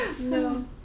No